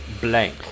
Blank